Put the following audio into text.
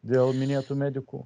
dėl minėtų medikų